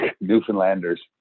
Newfoundlanders